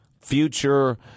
future